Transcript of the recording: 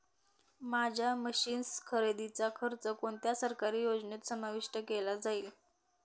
माझ्या मशीन्स खरेदीचा खर्च कोणत्या सरकारी योजनेत समाविष्ट केला जाईल?